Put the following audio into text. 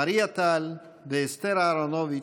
מריה טל ואסתר אהרונוביץ',